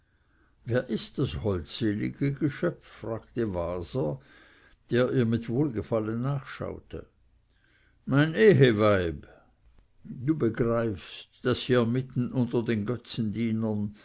wer ist das holdselige geschöpf fragte waser der ihr mit wohlgefallen nachschaute mein eheweib du begreifst daß hier mitten unter den götzendienern